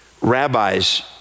Rabbis